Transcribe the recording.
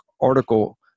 article